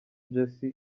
jessy